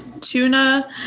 tuna